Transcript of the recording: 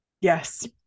yes